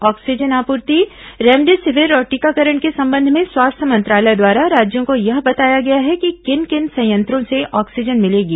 oxygen आपूर्ति remdesivir और टीकाकरण के संबंध में स्वास्थ्य मंत्रालय द्वारा राज्यों को यह बताया गया है कि किन किन संयंत्रों से ऑक्सीजन मिलेगी